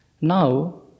Now